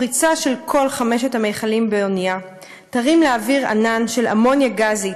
"פריצה של כל חמשת המכלים באונייה תרים לאוויר ענן של אמוניה גזית